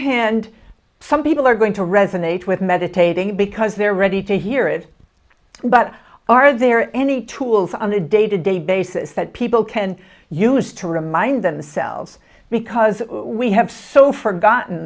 hand some people are going to resonate with meditating because they're ready to hear it but are there any tools on a day to day basis that people can use to remind themselves because we have so forgotten